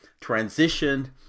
transitioned